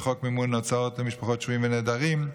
בחוק מימון הוצאות למשפחות שבויים ונעדרים.